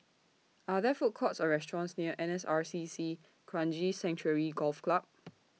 Are There Food Courts Or restaurants near N S R C C Kranji Sanctuary Golf Club